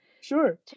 Sure